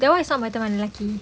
that one is not my teman lelaki